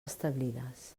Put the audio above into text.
establides